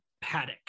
Paddock